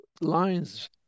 lines